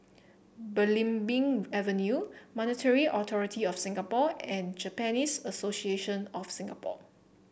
Belimbing Avenue Monetary Authority Of Singapore and Japanese Association of Singapore